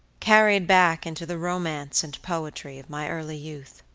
carried back into the romance and poetry of my early youth.